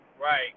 Right